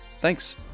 thanks